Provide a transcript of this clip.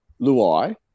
Luai